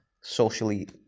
socially